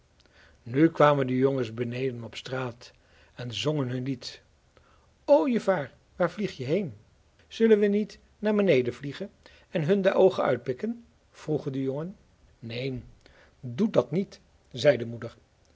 nu kwamen de jongens beneden op de straat en zongen hun lied ooievaar waar vlieg je heen zullen we niet naar beneden vliegen en hun de oogen uitpikken vroegen de jongen neen doet dat niet zei de moeder